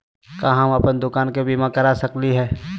का हम अप्पन दुकान के बीमा करा सकली हई?